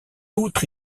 outre